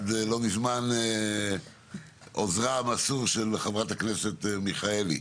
עד לא מזמן עוזרה המסור של חברת הכנסת מרב מיכאלי.